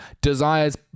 Desires